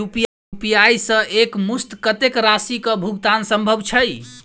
UPI सऽ एक मुस्त कत्तेक राशि कऽ भुगतान सम्भव छई?